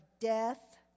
death